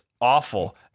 awful